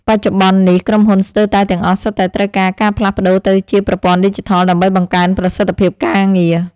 បច្ចុប្បន្ននេះក្រុមហ៊ុនស្ទើរតែទាំងអស់សុទ្ធតែត្រូវការការផ្លាស់ប្តូរទៅជាប្រព័ន្ធឌីជីថលដើម្បីបង្កើនប្រសិទ្ធភាពការងារ។